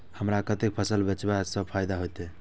हमरा कते फसल बेचब जे फायदा होयत?